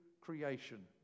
creation